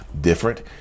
different